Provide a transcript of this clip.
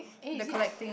eh is it